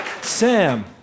Sam